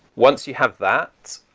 once you have that,